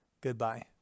Goodbye